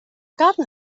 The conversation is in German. garten